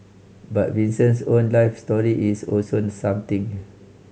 but Vincent's own life story is also something